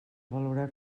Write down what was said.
valorar